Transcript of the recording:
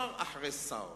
שר אחרי שר